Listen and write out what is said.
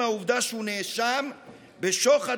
מהעובדה שהוא נאשם בשוחד,